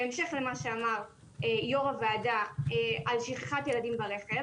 בהמשך למה שאמר יושב-ראש הוועדה על שכחת ילדים ברכב,